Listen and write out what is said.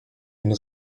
une